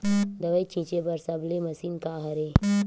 दवाई छिंचे बर सबले मशीन का हरे?